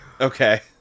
Okay